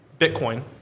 Bitcoin